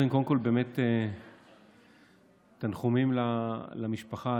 קודם כול, באמת תנחומים למשפחה.